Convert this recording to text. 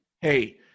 hey